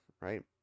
right